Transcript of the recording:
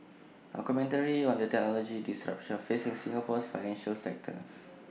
A commentary on the technological disruption facing Singapore's financial sector